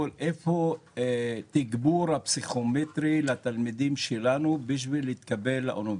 איפה תגבור הפסיכומטרי לתלמידים שלנו כדי להתקבל לאוניברסיטה?